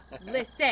listen